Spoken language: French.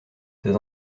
ces